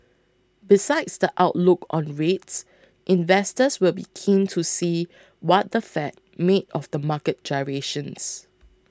besides the outlook on rates investors will be keen to see what the Fed made of the market gyrations